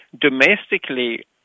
Domestically